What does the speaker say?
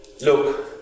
Look